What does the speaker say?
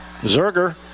Zerger